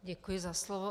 Děkuji za slovo.